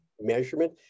measurement